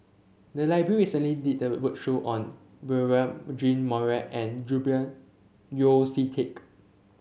the library recently did a roadshow on Beurel Jean Marie and Julian Yeo See Teck